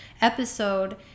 episode